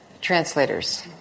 translators